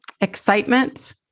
excitement